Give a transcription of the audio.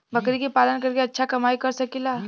बकरी के पालन करके अच्छा कमाई कर सकीं ला?